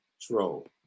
troll